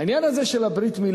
העניין הזה של ברית-מילה,